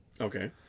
Okay